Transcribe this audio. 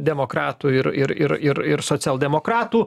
demokratų ir ir ir ir ir socialdemokratų